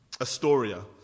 Astoria